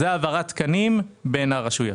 זה העברת תקנים בין הרשויות.